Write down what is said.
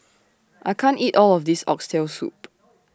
I can't eat All of This Oxtail Soup